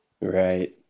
Right